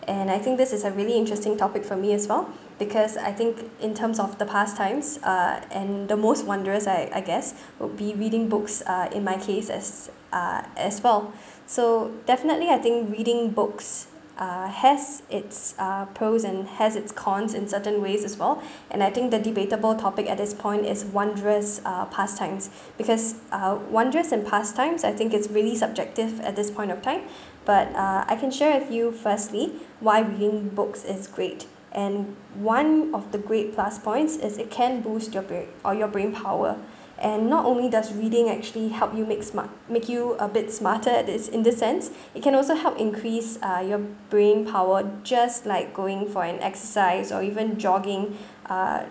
and I think this is a really interesting topic for me as well because I think in terms of the past times uh and the most wondrous I I guess would be reading books uh in my case as uh as well so definitely I think reading books uh has its uh pros and has its cons in certain ways as well and I think the debatable topic at this point is wondrous uh pastimes because uh wondrous and pastimes I think it's really subjective at this point of time but uh I can share with you firstly why reading books is great and one of the great plus points is it can boost your bra~ all your brain power and not only does reading actually help you makes smart make you a bit smarter this in this sense it can also help increase uh your brain power just like going for an exercise or even jogging uh